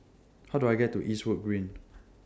How Do I get to Eastwood Green